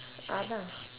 அதான்:athaan